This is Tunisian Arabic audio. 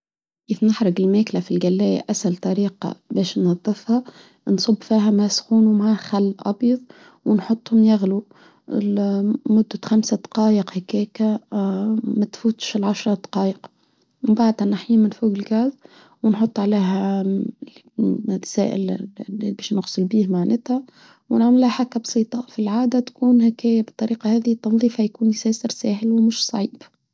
كيف نحرق الماكلة في الجلاية أسهل طريقة بش نظفها نصب فيها ماء سخون وماء خل أبيض ونحطهم يغلو لمدة خمسة دقايق هكاكة ما تفوتش العشرة دقايق نبعتها نحيي من فوق الجهاز ونحط عليها نتساءل بيش نغسل بيه معانتها ونعملها حكا بسيطة في العادة تكون هكاكة بطريقة هذي التنظيف هيكون يساسر سهل ومش صعيب.